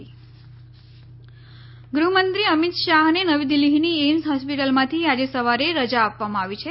અમીત શાહ્ ગુહ્મંત્રી અમીત શાહને નવી દિલ્હીની એઈમ્સ હોસ્પિટલમાંથી આજે સવારે રજા આપવામાં આવી છે